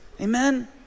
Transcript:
Amen